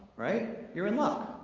right? you're in luck!